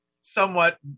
somewhat